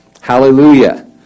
Hallelujah